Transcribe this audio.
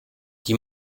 die